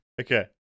Okay